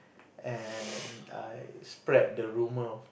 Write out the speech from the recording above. and I spread the rumor of